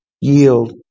yield